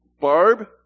Barb